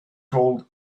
gold